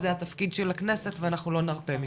זה התפקיד של הכנסת ואנחנו לא נרפה מזה.